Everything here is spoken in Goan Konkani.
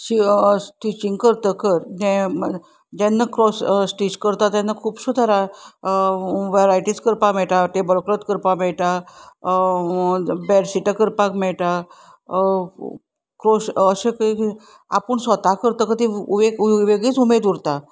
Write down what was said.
शिं स्टिचींग करतकच जेन्ना क्रॉस स्टीच करता तेन्ना खुबश्यो तरां वरायटीज करपाक मेळटा टेबल क्लॉत करपाक मेळटा बेडशिटां करपाक मेळटा क्रोश अशें आपूण स्वता करतकच ती वेगळीच उमेद उरता